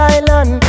Island